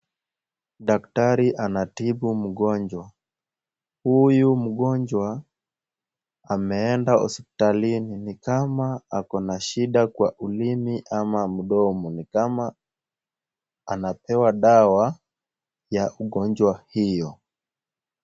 Daktari anatibu mgonjwa. Huyu mgonjwa ameenda hospitalini. Ni kama ako na shida kwa ulimi ama mdomo. Ni kama anapewa dawa ya ugonjwa hiyo.